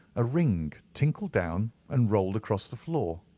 a ring tinkled down and rolled across the floor.